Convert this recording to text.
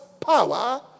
power